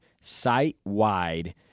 site-wide